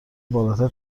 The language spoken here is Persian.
بالاتر